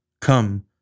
Come